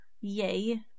Yay